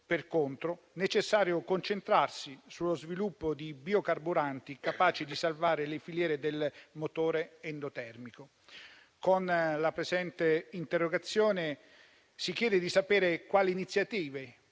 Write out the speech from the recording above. per contro, necessario concentrarsi sullo sviluppo di biocarburanti capaci di salvare le filiere del motore endotermico. Con la presente interrogazione si chiede di sapere quali iniziative